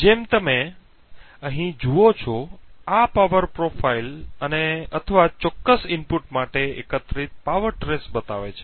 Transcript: જેમ તમે અહીં જુઓ છો આ પાવર પ્રોફાઇલ અથવા ચોક્કસ ઇનપુટ માટે એકત્રિત પાવર ટ્રેસ બતાવે છે